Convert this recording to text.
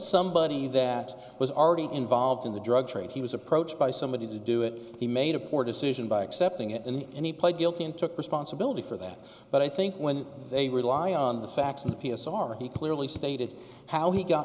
somebody that was already involved in the drug trade he was approached by somebody to do it he made a poor decision by accepting it in the end he pled guilty and took responsibility for that but i think when they rely on the facts of the p s r he clearly stated how he got